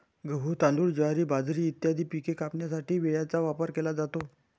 गहू, तांदूळ, ज्वारी, बाजरी इत्यादी पिके कापण्यासाठी विळ्याचा वापर केला जातो